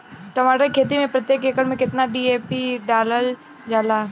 टमाटर के खेती मे प्रतेक एकड़ में केतना डी.ए.पी डालल जाला?